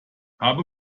habe